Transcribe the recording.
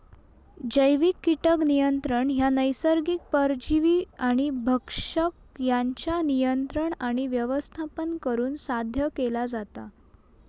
जैविक कीटक नियंत्रण ह्या नैसर्गिक परजीवी आणि भक्षक यांच्या नियंत्रण आणि व्यवस्थापन करुन साध्य केला जाता